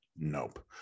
nope